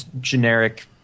generic